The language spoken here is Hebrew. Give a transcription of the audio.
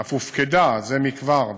אף הופקדה זה כבר,